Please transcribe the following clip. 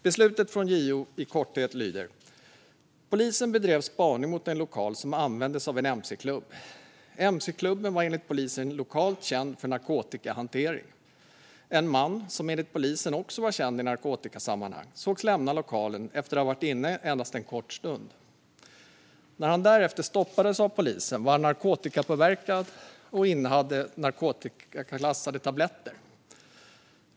Beslutet från JO lyder i korthet: "Polisen bedrev spaning mot en lokal som användes av en mc-klubb. Mc-klubben var enligt polisen lokalt känd för narkotikahantering. En man som, enligt polisen, också var känd i narkotikasammanhang sågs lämna lokalen efter att ha varit inne i den endast en kort stund. När han därefter stoppades av polisen var han narkotikapåverkad och innehade tre narkotikaklassade tabletter.